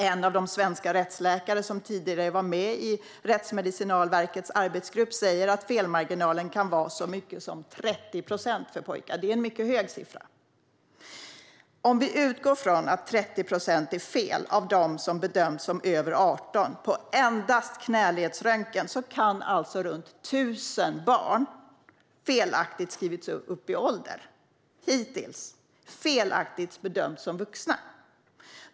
En av de svenska rättsläkare som tidigare var med i Rättsmedicinalverkets arbetsgrupp säger att felmarginalen kan vara så stor som 30 procent för pojkar. Det är en mycket hög siffra. Om vi utgår från att 30 procent av bedömningarna är felaktiga för dem som bedömts som över 18 efter endast knäledsröntgen kan hittills runt 1 000 barn ha skrivits upp i ålder felaktigt och bedömts som vuxna.